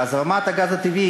והזרמת הגז הטבעי,